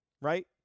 Right